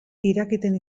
irakiten